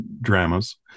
dramas